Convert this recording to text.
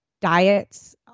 diets